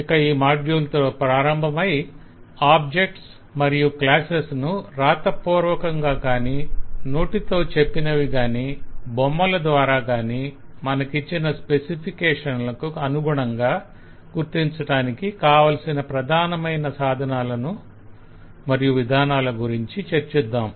ఇక ఈ మాడ్యుల్ తో ప్రారంభమై ఆబ్జెక్ట్స్ మరియు క్లాసెస్ను రాతపూర్వకంగా కాని నోటితో చెప్పినవి కాని బొమ్మల ద్వారా కాని మనకిచ్చిన స్పెసిఫికేషన్లకు అనుగుణంగా గుర్తించటానికి కావలసిన ప్రధానమైన సాధనాలను మరియు విధానాల గురించి చర్చిద్దాం